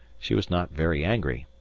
she was not very angry.